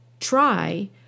Try